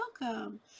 welcome